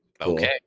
Okay